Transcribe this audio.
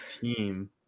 team